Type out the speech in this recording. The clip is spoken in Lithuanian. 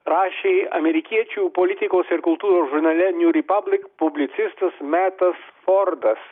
rašė amerikiečių politikos ir kultūros žurnale niū repablik metas fordas